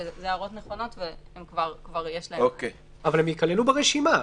הרוב נכונות וכבר יש להם --- אבל הם יכללו ברשימה,